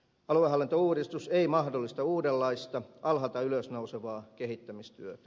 aluehallintouudistus ei mahdollista uudenlaista alhaalta ylös nousevaa kehittämistyötä